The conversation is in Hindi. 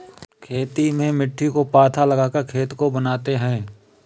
खेती में मिट्टी को पाथा लगाकर खेत को बनाते हैं?